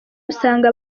usanga